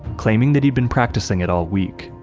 claiming that he'd been practicing it all week.